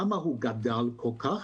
למה הוא גדל כל כך?